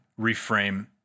reframe